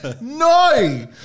No